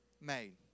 made